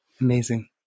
Amazing